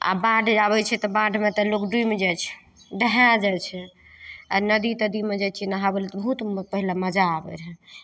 आब बाढ़ि आबै छै तऽ बाढ़िमे लोक डुमि जाइ छै दहाय जाइ छै आ नदी तदीमे जाइ छै नहाबय लए तऽ ओहोमे पहिले मजा आबै रहै